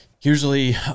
usually